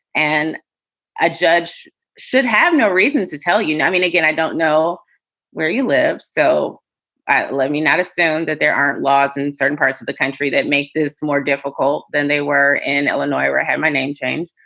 and a judge should have no reasons to tell you. i mean, again, i don't know where you live. so let me not assume that there aren't laws in certain parts of the country that make this more difficult than they were in illinois where i had my name changed.